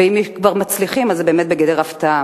ואם הם מצליחים זה באמת בגדר הפתעה.